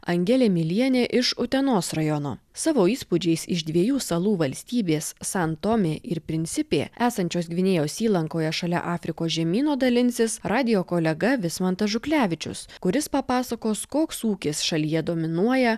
angelė milienė iš utenos rajono savo įspūdžiais iš dviejų salų valstybės san tomė ir prinsipė esančios gvinėjos įlankoje šalia afrikos žemyno dalinsis radijo kolega vismantas žuklevičius kuris papasakos koks ūkis šalyje dominuoja